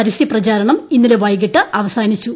പരസ്യ പ്രചാരണം ഇന്നലെ വൈകിട്ട് അവസാനിച്ചു